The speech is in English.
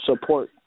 support